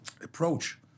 approach